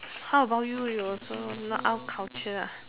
how about you you also not out culture ah